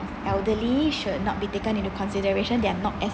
elderly should not be taken into consideration they are not as